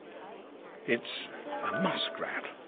it's a muskrat.